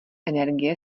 energie